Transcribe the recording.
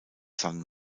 san